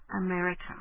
America